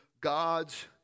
God's